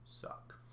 suck